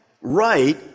right